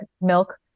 milk